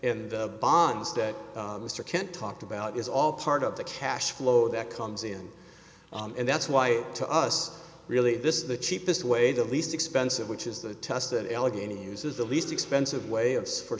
in the bonds that mr kent talked about is all part of the cash flow that comes in and that's why to us really this is the cheapest way the least expensive which is the test and allegheny uses the least expensive way of for